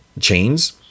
chains